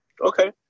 Okay